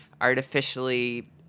artificially